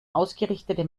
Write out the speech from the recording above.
ausgerichtete